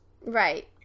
Right